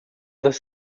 das